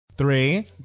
Three